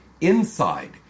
INSIDE